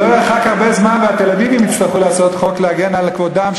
לא ירחק הרבה זמן והתל-אביבים יצטרכו לעשות חוק להגן על כבודם,